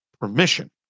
permission